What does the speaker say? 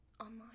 online